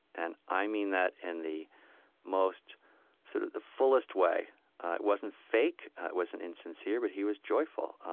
and i mean that in the most sort of the fullest way. it wasn't fake. it wasn't insincere. but he was joyful.